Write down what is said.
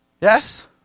Yes